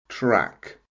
track